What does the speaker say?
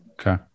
Okay